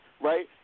right